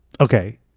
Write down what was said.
Okay